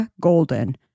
Golden